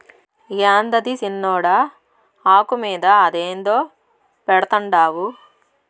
యాందది సిన్నోడా, ఆకు మీద అదేందో పెడ్తండావు